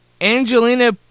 Angelina